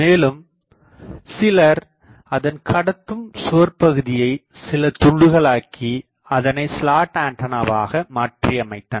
மேலும் சிலர் அதன் கடத்தும் சுவர்ப்பகுதியை சிலதுண்டுகளாக்கி அதனை ஸ்லாட்ஆண்டனாவாக மாற்றியமைத்தனர்